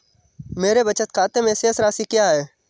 मेरे बचत खाते में शेष राशि क्या है?